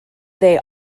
they